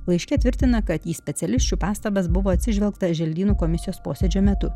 laiške tvirtina kad į specialisčių pastabas buvo atsižvelgta želdynų komisijos posėdžio metu